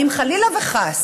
ואם חלילה וחס